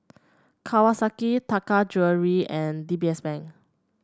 Kawasaki Taka Jewelry and D B S Bank